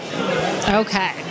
Okay